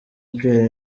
pierre